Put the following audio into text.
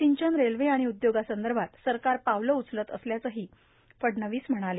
सिंचन रेल्वे आणि उद्योगासंदर्भात सरकार पावले उचलत असल्याचेही फडणवीस म्हणाले